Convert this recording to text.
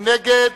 מי נגד?